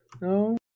No